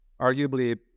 arguably